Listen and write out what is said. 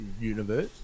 universe